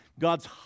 God's